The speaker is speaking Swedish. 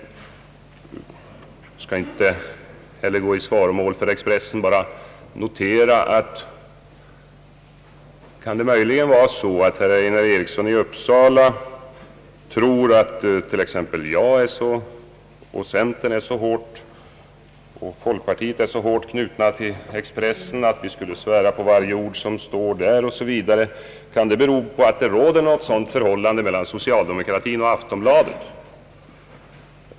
Jag skall inte gå i svaromål för Expressen, men kan det möjligen vara så att herr Einar Eriksson i Uppsala tror att t.ex. jag och centerpartiet och folkpartiet är så hårt knutna till Expressen, att vi skulle svära på varje ord som står där? Kan det möjligen bero på att det råder ett sådant förhållande mellan socialdemokratin och Aftonbladet?